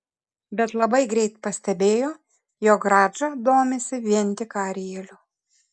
bet labai greit pastebėjo jog radža domisi vien tik arieliu